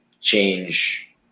change